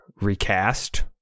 recast